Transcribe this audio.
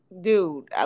Dude